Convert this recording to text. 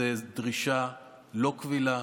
זו דרישה לא קבילה,